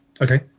Okay